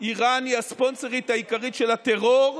איראן היא הספונסרית העיקרית של הטרור,